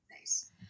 Nice